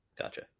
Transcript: Gotcha